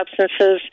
substances